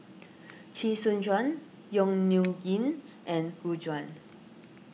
Chee Soon Juan Yong Nyuk Lin and Gu Juan